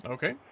Okay